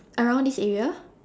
around this area